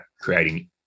creating